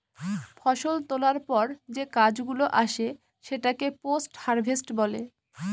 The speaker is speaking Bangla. ফষল তোলার পর যে কাজ গুলো আসে সেটাকে পোস্ট হারভেস্ট বলে